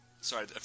Sorry